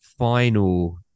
final